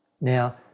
Now